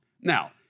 Now